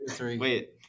Wait